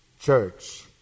Church